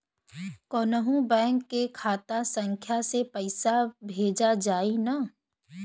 कौन्हू बैंक के खाता संख्या से पैसा भेजा जाई न?